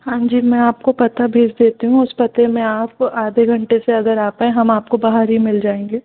हाँ जी मैं आपको पता भेज देती हूँ उस पते में आप आधे घंटे से अगर आते हैं हम आपको बाहर ही मिल जाएँगे